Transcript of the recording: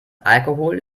alkohol